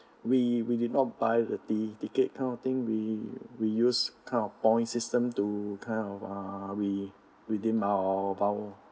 we we did not buy the ticket kind of thing we we use kind of point system to kind of uh re~ redeem our mile